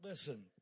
Listen